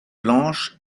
planches